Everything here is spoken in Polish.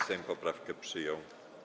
Sejm poprawki przyjął.